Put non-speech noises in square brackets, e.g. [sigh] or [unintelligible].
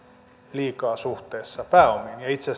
liikaa suhteessa pääomiin itse [unintelligible]